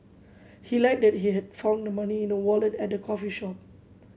he lied that he had found the money in a wallet at the coffee shop